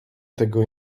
tego